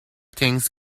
things